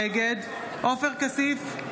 נגד עופר כסיף,